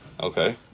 Okay